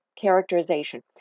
characterization